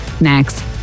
next